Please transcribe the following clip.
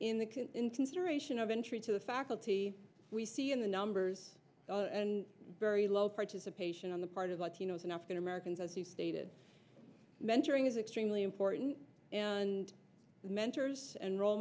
can in consideration of entry to the faculty we see in the numbers very low participation on the part of latinos and african americans as he stated mentoring is extremely important and mentors and role